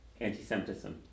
antisemitism